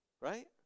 right